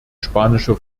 spanische